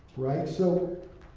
right? so,